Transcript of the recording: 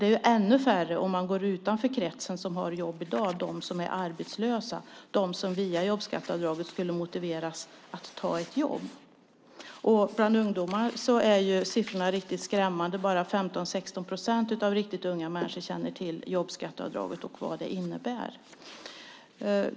Det är ännu färre om man går utanför kretsen som har jobb i dag, det vill säga de som är arbetslösa och via jobbskatteavdraget skulle motiveras att ta ett jobb. Bland ungdomar är siffrorna riktigt skrämmande. Bara 15-16 procent av riktigt unga människor känner till jobbskatteavdraget och vad det innebär.